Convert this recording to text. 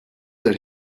that